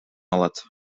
алат